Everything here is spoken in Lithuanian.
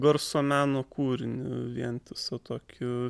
garso meno kūrinį vientisu tokiu